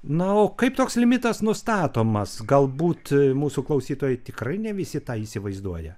na o kaip toks limitas nustatomas galbūt mūsų klausytojai tikrai ne visi tą įsivaizduoja